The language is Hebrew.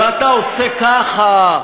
ואתה עושה ככה,